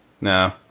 No